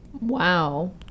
Wow